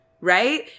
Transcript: right